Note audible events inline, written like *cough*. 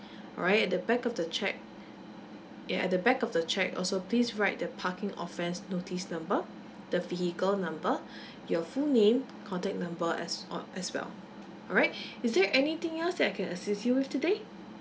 right at the back of the cheque yea at the back of the cheque also please write the parking offence notice number the vehicle number *breath* your full name contact number as oh as well all right is there anything else that I can assist you with today